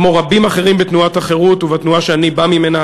כמו רבים אחרים בתנועת החרות ובתנועה שאני בא ממנה,